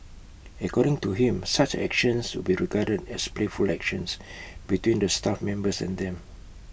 according to him such actions would be regarded as playful actions between the staff members and them